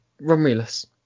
Romulus